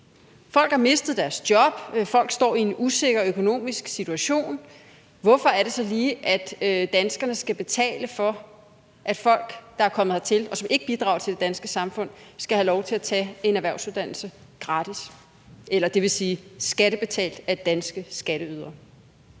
folk har mistet deres job, og hvor folk står i en usikker økonomisk situation, skal betale for, at folk, der er kommet hertil, og som ikke bidrager til det danske samfund, skal have lov til at tage en erhvervsuddannelse gratis, eller det vil sige, som er skattebetalt af danske skatteydere?